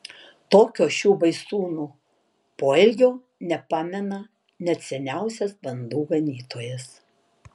tokio šių baisūnų poelgio nepamena net seniausias bandų ganytojas